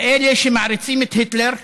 כאלה שמעריצים את היטלר,